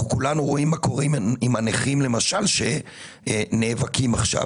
אנחנו כולנו רואים מה קורה עם הנכים למשל שנאבקים עכשיו.